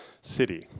city